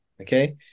Okay